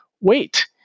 wait